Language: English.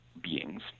beings